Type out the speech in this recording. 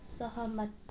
सहमत